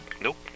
nope